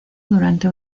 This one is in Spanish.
durante